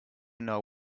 know